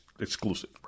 exclusive